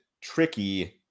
tricky